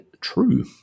true